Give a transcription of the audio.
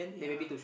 yeah